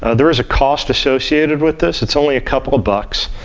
ah there is a cost associated with this. it's only a couple of bucks,